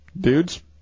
Dudes